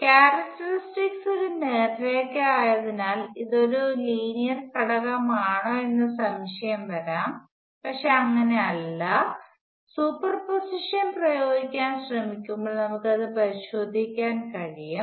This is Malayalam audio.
ക്യാരക്ടറിസ്റ്റിക്സ് ഒരു നേർരേഖ ആയതിനാൽ ഇത് ഒരു ലീനിയർ ഘടകം ആണോ എന്ന സംശയം വരാം പക്ഷേ അങ്ങനെയല്ല സൂപ്പർപോസിഷൻ പ്രയോഗിക്കാൻ ശ്രമിക്കുമ്പോൾ നമുക്ക് അത് പരിശോധിക്കാൻ കഴിയും